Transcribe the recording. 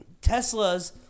Tesla's